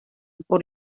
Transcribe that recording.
por